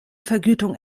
vergütung